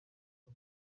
ngo